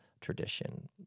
tradition